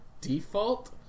default